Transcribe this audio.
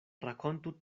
rakontu